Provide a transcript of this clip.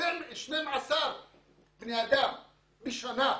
12 בני אדם בשנה,